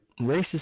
racist